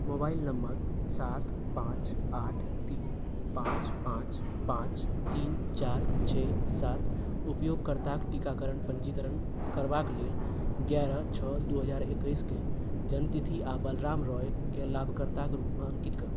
mobile number सात पाँच आठ तीन पाँच पाँच पाँच तीन चार छओ सात उपयोगकर्ताक टीकाकरण पञ्जीकरण करबाक लेल ग्यारह छओ दू हजार एकैसके जन्मतिथि आ बलराम रॉयकेँ लाभकर्ताक रूपमे अङ्कित करू